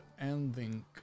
ending